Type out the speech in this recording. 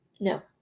No